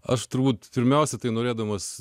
aš turbūt pirmiausia tai norėdamas